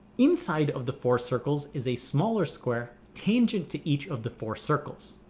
inside of the four circles is a smaller square tangent to each of the four circles.